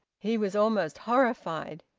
he was almost horrified.